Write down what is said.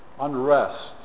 unrest